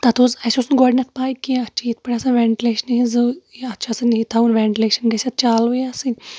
تَتھ اوس اسہِ اوس نہٕ گۄڈٕنیتھ پاے کینٛہہ اَتھ چھِ یِتھ پٲٹھۍ آسان وینٹِلیشَنہِ ہِنٛز ضوٚ یہ اَتھ چھِ آسان یہِ تھاوُن وینٹِلیشَن گَژھِ اَتھ چالوٕے آسٕنۍ